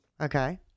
Okay